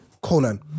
Conan